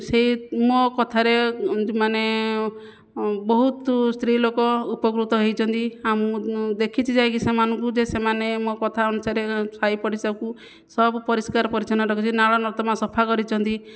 ସେଇ ମୋ' କଥାରେ ଯେଉଁମାନେ ବହୁତ ସ୍ତ୍ରୀଲୋକ ଉପକୃତ ହୋଇଛନ୍ତି ଆଉ ମୁଁ ଦେଖିଛି ଯାଇକି ସେମାନଙ୍କୁ ଯେ ସେମାନେ ମୋ' କଥା ଅନୁସାରେ ସାହି ପଡ଼ିଶାକୁ ସବୁ ପରିଷ୍କାର ପରିଚ୍ଛନ୍ନ ରଖିଛନ୍ତି ନାଳ ନର୍ଦ୍ଦମା ସଫା କରିଛନ୍ତି